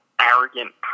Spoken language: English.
arrogant